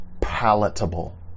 palatable